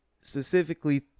specifically